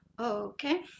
Okay